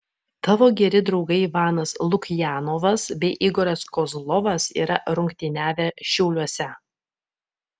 tavo geri draugai ivanas lukjanovas bei igoris kozlovas yra rungtyniavę šiauliuose